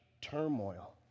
turmoil